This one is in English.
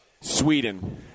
Sweden